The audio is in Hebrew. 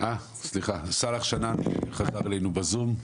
סאלח שנאן חזר אלינו ב-זום.